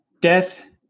death